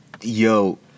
Yo